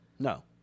No